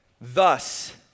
Thus